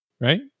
right